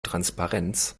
transparenz